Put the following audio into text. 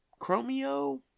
chromio